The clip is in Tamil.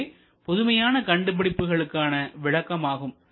இதுவே புதுமையான கண்டுபிடிப்புகளுக்கான விளக்கமாகும்